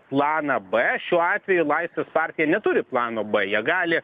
planą b šiuo atveju laisvės partija neturi plano b jie gali